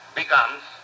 becomes